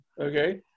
Okay